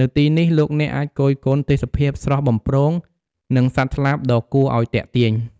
នៅទីនេះ លោកអ្នកអាចគយគន់ទេសភាពស្រស់បំព្រង និងសត្វស្លាបដ៏គួរឱ្យទាក់ទាញ។